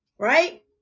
Right